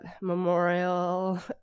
Memorial